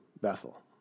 Bethel